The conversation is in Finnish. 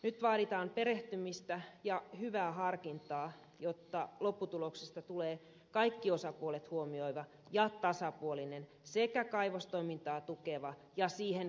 nyt vaaditaan perehtymistä ja hyvää harkintaa jotta lopputuloksesta tulee kaikki osapuolet huomioiva ja tasapuolinen sekä kaivostoimintaa tukeva ja siihen kannustava laki